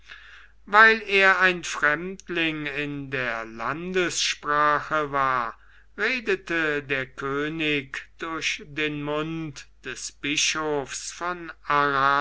weil er ein fremdling in der landessprache war redete der könig durch den mund des bischofs von arras